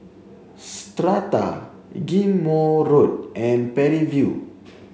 Strata Ghim Moh Road and Parry View